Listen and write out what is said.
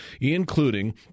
including